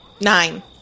Nine